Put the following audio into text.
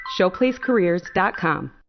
ShowplaceCareers.com